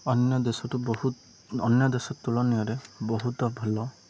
ଅନ୍ୟ ଦେଶ ଠୁ ବହୁତ ଅନ୍ୟ ଦେଶ ତୁଳନୀୟରେ ବହୁତ ଭଲ